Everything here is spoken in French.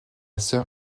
sœur